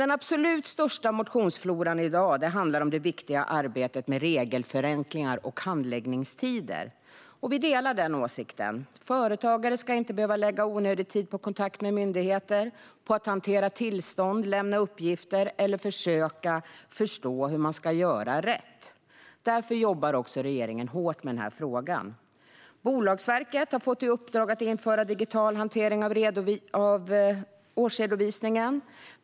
Den absolut största motionsfloran i dag handlar dock om det viktiga arbetet med regelförenklingar och handläggningstider. Socialdemokraterna delar åsikten att företagare inte ska behöva lägga onödig tid på kontakter med myndigheter eller på att hantera tillstånd, lämna uppgifter eller försöka förstå hur de ska göra rätt. Därför jobbar regeringen hårt med frågan. Bolagsverket har fått i uppdrag att införa digital hantering av årsredovisningar.